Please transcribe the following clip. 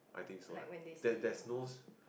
like when they see [heh]